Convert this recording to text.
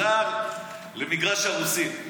ישר למגרש הרוסים.